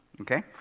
okay